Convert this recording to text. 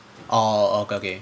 orh orh orh okay